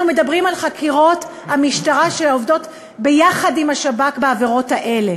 אנחנו מדברים על חקירות המשטרה שעובדת ביחד עם השב"כ בעבירות האלה.